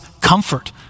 comfort